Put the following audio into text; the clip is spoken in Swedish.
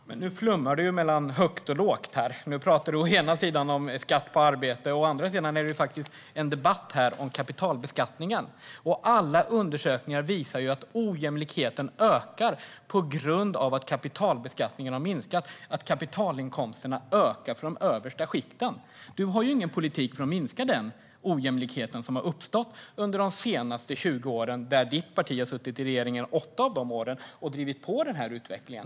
Fru talman! Nu flummar Larry Söder mellan högt och lågt. Han pratar å ena sidan om skatt på arbete, medan det här å andra sidan är en debatt om kapitalbeskattningen. Alla undersökningar visar att ojämlikheten ökar på grund av att kapitalbeskattningen har minskat, det vill säga kapitalinkomsterna ökar för de översta skikten. Larry Söder har ingen politik för att minska den ojämlikhet som har uppstått under de senaste 20 åren. Hans parti har suttit i regering åtta av dessa år och drivit på denna utveckling.